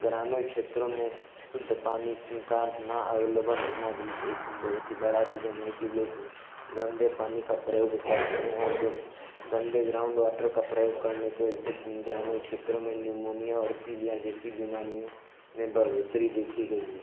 ग्रामीण क्षेत्रों में शुद्ध पानी का न अवेलेबल होना भी एक बहुत ही बड़ा रीज़न है कि लोग गन्दे पानी का प्रयोग करते हैं और गन्दे ग्राउण्ड वॉटर का प्रयोग करने की वजह से ग्रामीण क्षेत्रों में निमोनिया और पीलिया जैसी बीमारियों में बढ़ोत्तरी देखी गई है